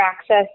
access